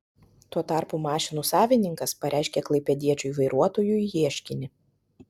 tuo tarpu mašinų savininkas pareiškė klaipėdiečiui vairuotojui ieškinį